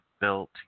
built